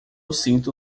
sinto